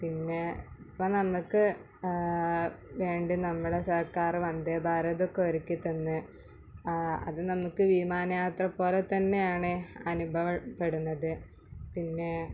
പിന്നെ ഇപ്പോൾ നമുക്ക് വേണ്ടി നമ്മുടെ സർക്കാർ വന്ദേ ഭാരതൊക്കെ ഒരുക്കിത്തന്ന് അത് നമുക്ക് വിമാന യാത്ര പോലെ തന്നെയാണ് അനുഭവപ്പെടുന്നത് പിന്നേ